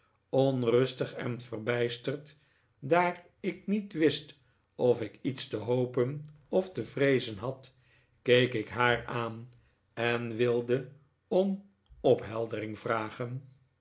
onrustig en verbijsterd daar ik niet wist of ik iets te hopen of te vreezen had keek ik haar aan en wilde om opheldering vragen